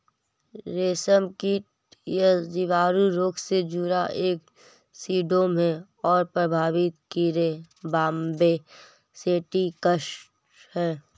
रेशमकीट यह जीवाणु रोग से जुड़ा एक सिंड्रोम है और प्रभावित कीड़े बॉम्बे सेप्टिकस है